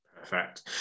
perfect